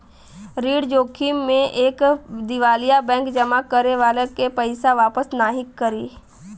ऋण जोखिम में एक दिवालिया बैंक जमा करे वाले के पइसा वापस नाहीं करी